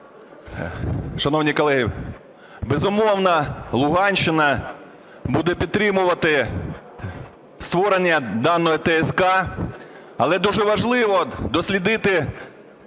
Шановні колеги, безумовно, Луганщина буде підтримувати створення даної ТСК. Але дуже важливо дослідити